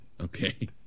Okay